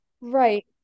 Right